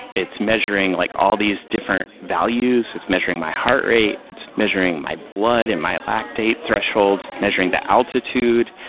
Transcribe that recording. it's measuring like all these different values it's measuring my heart rate, it's measuring my blood and my lactate thresholds, it's measuring the altitude,